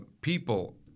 people